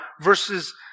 verses